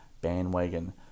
bandwagon